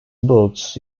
books